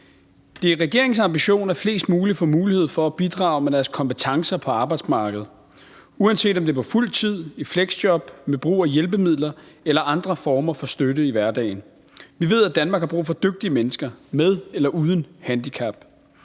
Det er regeringens ambition, at flest mulige får mulighed for at bidrage med deres kompetencer på arbejdsmarkedet, uanset om det er på fuldtid, i fleksjob, med brug af hjælpemidler eller andre former for støtte i hverdagen. Vi ved, at Danmark har brug for dygtige mennesker med eller uden et handicap.